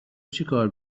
چیکار